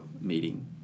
meeting